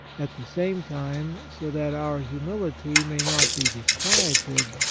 at the same time, so that our humility may not be disquieted,